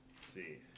see